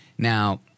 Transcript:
Now